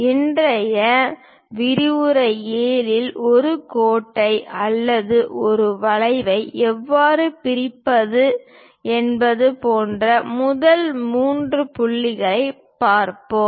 இன்றைய விரிவுரை 7 இல் ஒரு கோட்டை அல்லது ஒரு வளைவை எவ்வாறு பிரிப்பது என்பது போன்ற முதல் மூன்று புள்ளிகளைப் பார்ப்போம்